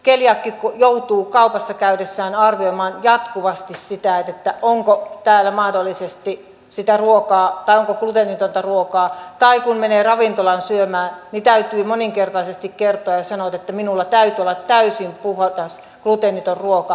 keliaakikko joutuu kaupassa käydessään arvioimaan jatkuvasti sitä onko täällä mahdollisesti sitä luokkaa ja gluteenitonta ruokaa tai kun menee ravintolaan syömään niin täytyy moninkertaisesti kertoa ja sanoa että minulla täytyy olla täysin puhdas gluteeniton ruoka